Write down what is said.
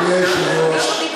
מישהו דיבר על זה